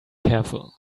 careful